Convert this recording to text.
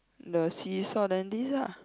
the seesaw then this lah